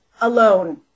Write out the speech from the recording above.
alone